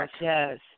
yes